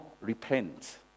repent